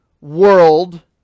world